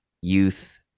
youth